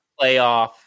playoff